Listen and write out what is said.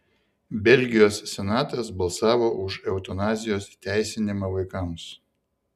belgijos senatas balsavo už eutanazijos įteisinimą vaikams